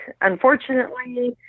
unfortunately